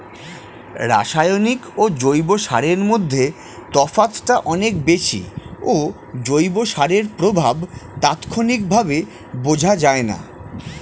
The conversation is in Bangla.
রাসায়নিক ও জৈব সারের মধ্যে তফাৎটা অনেক বেশি ও জৈব সারের প্রভাব তাৎক্ষণিকভাবে বোঝা যায়না